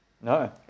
No